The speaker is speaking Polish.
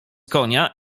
konia